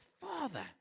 Father